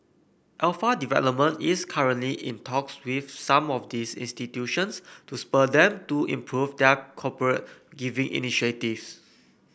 Alpha Development is currently in talks with some of these institutions to spur them to improve their corporate giving initiatives